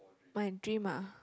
my dream ah